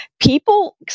people